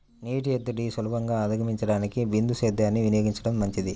నీటి ఎద్దడిని సులభంగా అధిగమించడానికి బిందు సేద్యాన్ని వినియోగించడం మంచిది